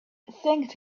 thanked